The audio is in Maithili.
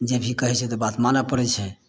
जे भी कहै छै तऽ बात माने परै छै